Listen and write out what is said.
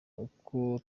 uko